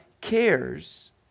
cares